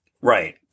Right